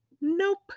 Nope